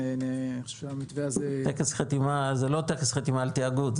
אני חושב שהמתווה הזה -- זה לא טקס חתימה על תיאגוד,